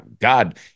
God